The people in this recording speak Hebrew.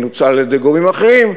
מנוצל על-ידי גורמים אחרים,